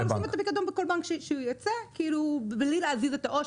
הוא יכול לשים את הפיקדון בכל בנק שהוא ירצה בלי להעביר את העו"ש,